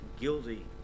guilty